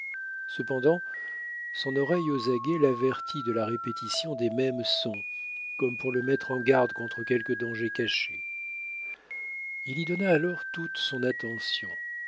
cependant son oreille aux aguets l'avertit de la répétition des mêmes sons comme pour le mettre en garde contre quelque danger caché il y donna alors toute son attention